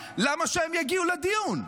למה שהם יגיעו לדיון?